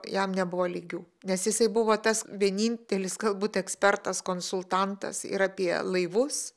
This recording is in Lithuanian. jam nebuvo lygių nes jisai buvo tas vienintelis galbūt ekspertas konsultantas ir apie laivus